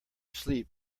sleep